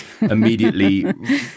immediately